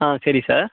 ஆ சரி சார்